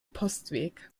postweg